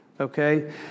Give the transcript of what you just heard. Okay